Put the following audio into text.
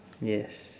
yes